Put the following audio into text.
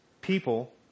people